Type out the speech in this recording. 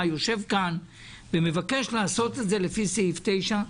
יושב כאן ומבקש לעשות את זה לפי סעיף 9,